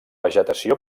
vegetació